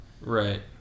Right